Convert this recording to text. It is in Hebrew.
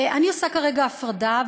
אני עושה כרגע הפרדה,